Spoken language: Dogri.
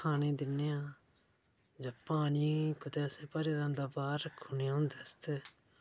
खाने गी दिन्ने आं जां पानी कदें असें भरे दा होंदा बाह्र रक्खी ओड़ने उंदे आस्तै